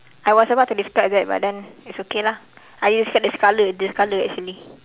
I was about to describe that but then it's okay lah I describe the colour the colour actually